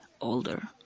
older